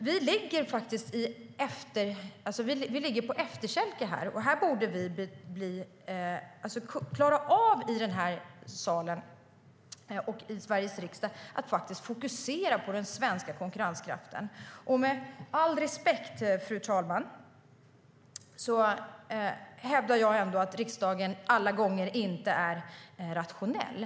Vi ligger alltså på efterkälken, och i Sveriges riksdag borde vi klara av att fokusera på den svenska konkurrenskraften. Med all respekt, fru talman, hävdar jag att riksdagen inte alla gånger är rationell.